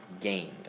gained